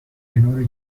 کنار